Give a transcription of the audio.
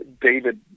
David